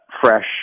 fresh